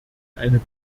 eine